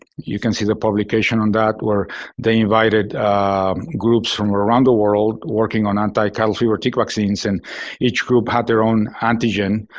you can see the publication on that where they invited groups from around the world working on anti-cattle fever tic vaccines and each group had their own antigen,